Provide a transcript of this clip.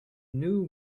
knew